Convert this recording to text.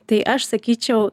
tai aš sakyčiau